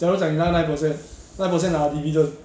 假如讲你拿到 nine percent nine percent 拿 dividend